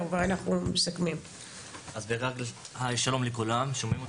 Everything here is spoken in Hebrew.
ואני בחודש הזה ראיתי כמה הנושא של גם האלימות והפשיעה בחברה הערבית,